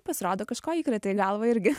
pasirodo kažko įkrėtė į galvą irgi